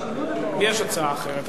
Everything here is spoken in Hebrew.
יש הצעה אחרת.